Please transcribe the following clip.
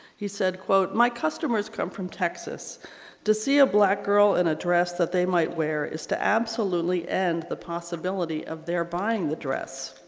he said quote my customers come from texas to see a black girl in a dress that they might wear is to absolutely end the possibility of their buying the dress.